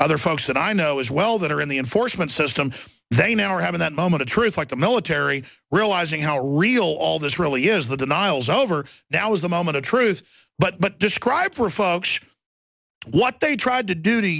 other folks that i know as well that are in the enforcement system they now are having that moment of truth like the military realizing how real all this really is the denials over now is the moment of truth but describe for folks what they tried to d